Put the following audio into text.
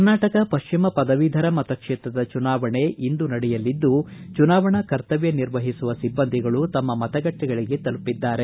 ಕರ್ನಾಟಕ ಪಶ್ವಿಮ ಪದವೀಧರ ಮತಕ್ಷೇತ್ರದ ಚುನಾವಣೆ ಸಿದ್ಧತೆಯು ಪೂರ್ಣಗೊಂಡಿದ್ದು ಚುನಾವಣಾ ಕರ್ತವ್ಕ ನಿರ್ವಹಿಸುವ ಸಿಬ್ಬಂದಿಗಳು ತಮ್ಮ ಮತಗಟ್ಟೆಗಳಿಗೆ ತಲುಪಿದ್ದು